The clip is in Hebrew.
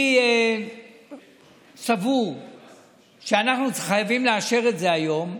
אני סבור שאנחנו חייבים לאשר את זה היום,